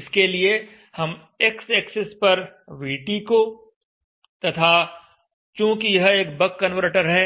इसके लिए हम x एक्सिस पर VT को तथा चूँकि यह एक बक कन्वर्टर है